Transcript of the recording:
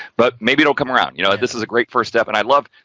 but maybe it'll come around, you know, this is a great first step and i love,